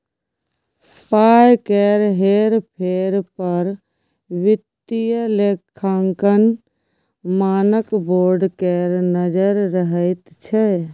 पाय केर हेर फेर पर वित्तीय लेखांकन मानक बोर्ड केर नजैर रहैत छै